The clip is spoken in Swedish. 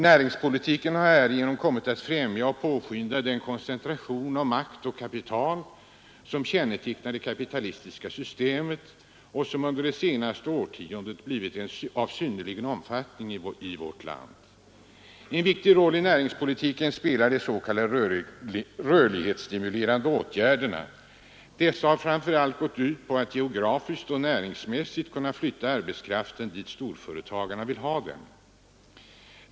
Näringspolitiken har härigenom kommit att främja och påskynda den koncentration av makt och kapital som kännetecknar det kapitalistiska systemet och som under det senaste årtiondet blivit av synnerligen stor omfattning i vårt land. En viktig roll i näringspolitiken spelar de s.k. rörlighetsstimulerande åtgärderna. Dessa har framför allt gått ut på att geografiskt och näringsmässigt kunnat flytta arbetskraften dit storföretagarna vill ha den.